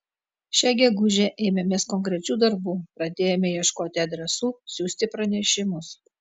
šią gegužę ėmėmės konkrečių darbų pradėjome ieškoti adresų siųsti pranešimus